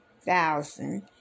thousand